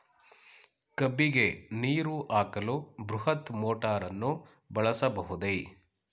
ಕಬ್ಬಿಗೆ ನೀರು ಹಾಕಲು ಬೃಹತ್ ಮೋಟಾರನ್ನು ಬಳಸಬಹುದೇ?